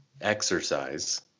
exercise